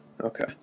okay